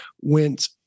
went